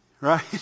Right